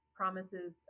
promises